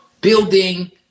building